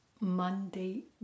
Monday